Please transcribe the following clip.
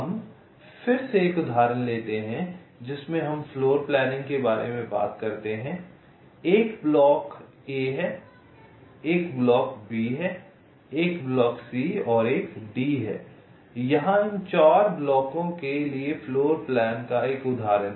हम फिर से एक उदाहरण लेते हैं जिसमे हम फ़्लोरप्लानिंग के बारे में बात करते हैं एक ब्लॉक ए है एक ब्लॉक बी है एक ब्लॉक सी और डी है यह इन 4 ब्लॉकों के लिए फ्लोरप्लान का एक उदाहरण है